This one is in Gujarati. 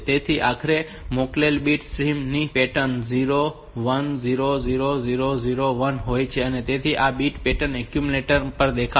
તેથી આખરે આપણે મોકલેલ બીટ સ્ટ્રીમ ની પેટર્ન 0 1 0 0 0 0 1 હોય છે તેથી આ બીટ પેટર્ન એક્યુમ્યુલેટર પર દેખાશે